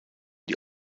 die